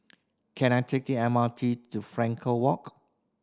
can I take M R T to Frankel Walk